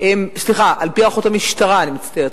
הערכות המשטרה,